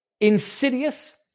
insidious